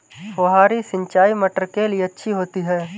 फुहारी सिंचाई मटर के लिए अच्छी होती है?